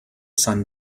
sun